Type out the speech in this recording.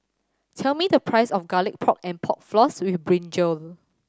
tell me the price of Garlic Pork and Pork Floss with brinjal